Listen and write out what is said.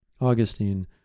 Augustine